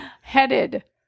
headed